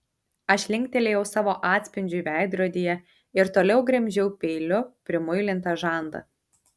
aš linktelėjau savo atspindžiui veidrodyje ir toliau gremžiau peiliu primuilintą žandą